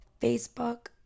Facebook